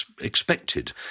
expected